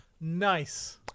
Nice